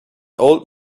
old